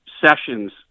sessions